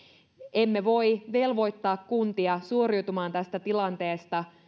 emme voi velvoittaa kuntia suoriutumaan tästä tilanteesta